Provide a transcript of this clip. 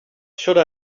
should